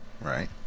right